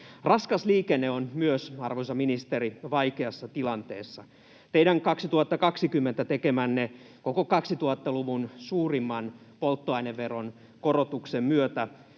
raskas liikenne on, arvoisa ministeri, vaikeassa tilanteessa. Teidän vuonna 2020 tekemänne koko 2000-luvun suurimman polttoaineveron korotuksen myötä